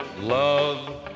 Love